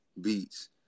Beats